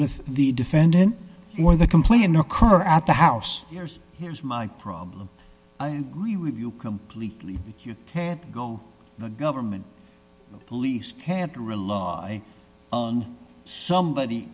with the defendant or the complaint occur at the house here's here's my problem i agree with you completely you had to go the government police had to rely on somebody